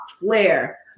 flare